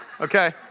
Okay